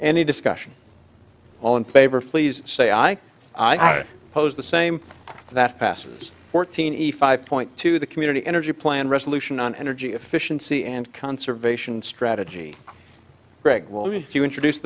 any discussion all in favor please say i pose the same that passes fourteen a five point two the community energy plan resolution on energy efficiency and conservation strategy greg will you introduce